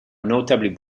notably